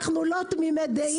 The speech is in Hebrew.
אנחנו לא תמימי דעים,